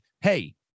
Hey